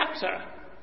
chapter